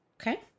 okay